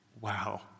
wow